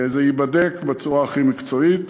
זה ייבדק בצורה הכי מקצועית